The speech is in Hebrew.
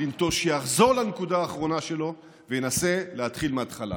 שיחזור לנקודה האחרונה שלו וינסה להתחיל מהתחלה.